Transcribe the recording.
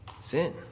Sin